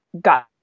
got